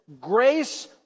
grace